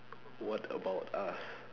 what about us